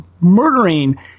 murdering